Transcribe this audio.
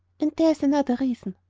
and there's another reason.